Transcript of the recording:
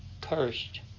cursed